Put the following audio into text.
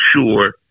sure